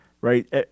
right